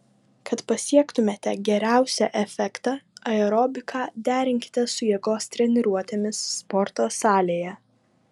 kad pasiektumėte geriausią efektą aerobiką derinkite su jėgos treniruotėmis sporto salėje